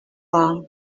are